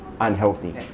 unhealthy